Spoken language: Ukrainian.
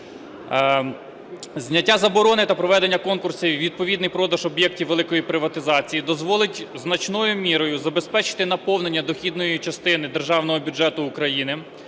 Зняття заборони та проведення конкурсів, відповідний продаж об'єктів великої приватизації дозволить значною мірою забезпечити наповнення дохідної частини Державного бюджету України,